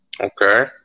Okay